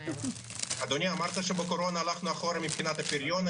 אדוני אמרת שבקורונה הלכנו אחורה מבחינת הפריון,